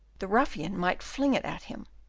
the ruffian might fling it at him,